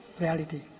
reality